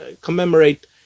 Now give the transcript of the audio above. commemorate